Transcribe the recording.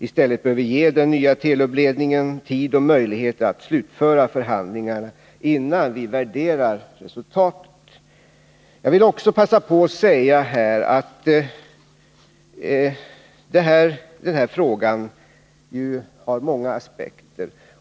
I stället bör vi ge den nya Telubledningen tid och möjlighet att slutföra förhandlingarna, innan vi värderar resultatet. Jag vill också passa på att säga att den här frågan ju har många aspekter.